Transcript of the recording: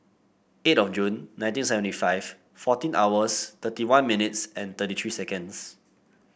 eight of June nineteen seventy five fourteen hours thirty one minutes thirty three seconds